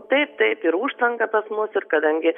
taip taip ir užtvanka pas mus ir kadangi